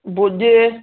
Bhuj